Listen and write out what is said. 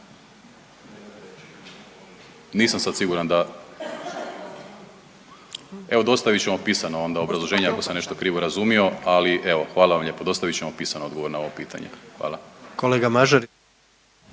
nisam sad siguran da, evo dostavit ćemo pisano onda obrazloženje ako sam nešto krivo razumio, ali evo hvala vam lijepo, dostavit ćemo pisani odgovor na ovo pitanje. Hvala.